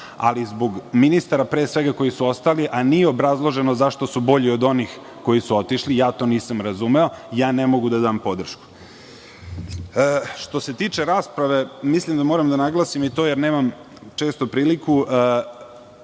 zbog ministara koji su ostali, a nije obrazloženo zašto su bolji od onih koji su otišli, ja to nisam razumeo, ne mogu da dam podršku. Što se tiče rasprave, moram da naglasim i to, jer nemam često priliku,